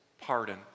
pardon